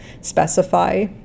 specify